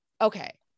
okay